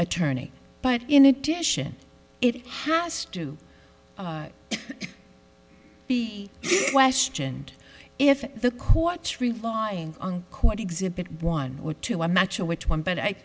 attorney but in addition it has to be questioned if the courtroom exhibit one or two i'm not sure which one but i